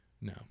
No